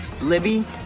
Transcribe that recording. libby